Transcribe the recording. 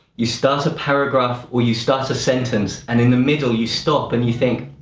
you start a paragraph, or you start a sentence, and in the middle you stop and you think,